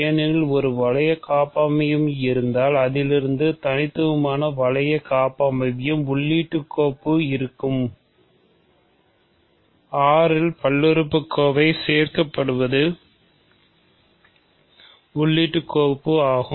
ஏனெனில் ஒரு வளைய காப்பமைவியம் இருந்தால் இதிலிருந்து தனித்துவமான வளைய காப்பமைவியம் உள்ளிடுகோப்பு ஆகும்